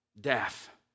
death